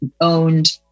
owned